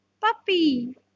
puppy